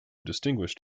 distinguished